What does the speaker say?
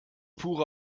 pure